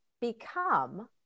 become